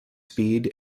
speed